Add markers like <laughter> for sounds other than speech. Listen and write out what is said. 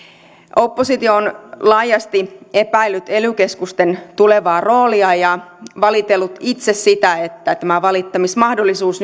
oppositio on laajasti epäillyt ely keskusten tulevaa roolia ja valitellut itse sitä että tämä valittamismahdollisuus <unintelligible>